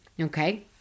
okay